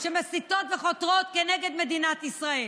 שמסיתות וחותרות נגד מדינת ישראל.